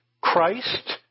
Christ